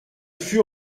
fut